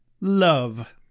Love